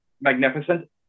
magnificent